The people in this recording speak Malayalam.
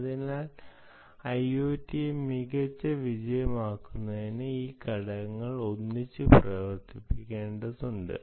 അതിനാൽ ഐഒടിയെ മികച്ച വിജയമാക്കുന്നതിന് ഈ ഘടകങ്ങൾ ഒന്നിച്ച് പ്രവർത്തിക്കേണ്ടതുണ്ട്